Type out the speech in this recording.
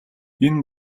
энэ